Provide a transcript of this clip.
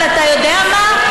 אבל אתה יודע מה?